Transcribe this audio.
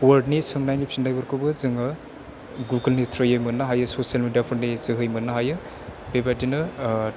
वार्डनि सोंनायनि फिननायफोरखौबो जोङो गुगोलनि थ्रयै मोननो हायो ससियेल मेडियाफोरनि जोहै मोननो हायो बेबादिनो